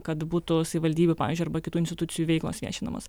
kad būtų savivaldybių pavyzdžiui arba kitų institucijų veiklos viešinimos